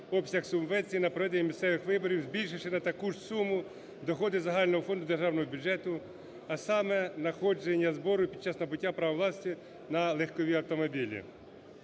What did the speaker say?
обсяг субвенцій на проведення місцевих виборів, збільшивши на таку ж суму доходи загального фонду державного бюджету, а саме надходження збору під час набуття права власності на легкові автомобілі.